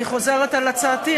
אני חוזרת על הצעתי,